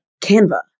Canva